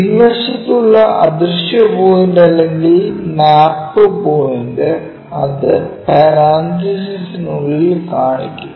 പിൻവശത്തുള്ള അദൃശ്യ പോയിൻറ് അല്ലെങ്കിൽ map point അത് പരാന്തിസിസിനുള്ളിൽ കാണിക്കും